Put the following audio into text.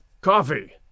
Coffee